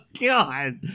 God